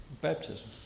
Baptism